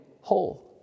whole